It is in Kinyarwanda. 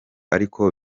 ariko